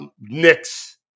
Knicks